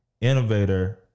innovator